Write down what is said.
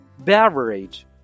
Beverage